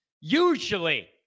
usually